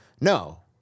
No